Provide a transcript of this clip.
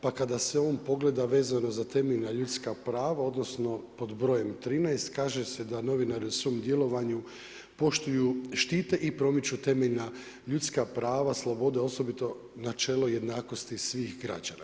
Pa kada se on pogleda vezano za temeljna ljudska prava odnosno pod brojem 13. kaže se da novinari u svom djelovanju poštuju, štite i promiču temeljna ljudska prava, slobode osobito načelo jednakosti svih građana.